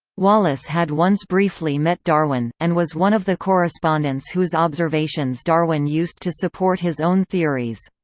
wallace had once briefly met darwin, and was one of the correspondents whose observations darwin used to support his own theories.